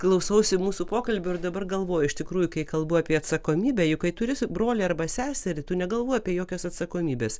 klausausi mūsų pokalbių ir dabar galvoju iš tikrųjų kai kalbu apie atsakomybę juk kai turi brolį arba seserį tu negalvoji apie jokias atsakomybes